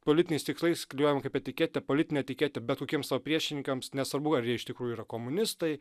politiniais tikslais klijuojamą kaip etiketę politinę etiketę bet kokiems savo priešininkams nesvarbu ar jie iš tikrųjų yra komunistai